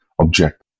object